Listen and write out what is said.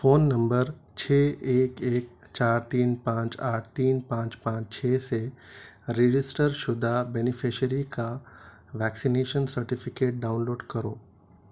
phone number چھ ایک ایک چار تین پانچ آٹھ تین پانچ پانچ چھ سے رجسٹر شدہ بینیفشیری کا ویکسینیشن سرٹیفکیٹ ڈاؤن لوڈ کرو